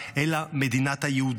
אלא מדינת היהודים,